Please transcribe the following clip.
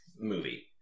movie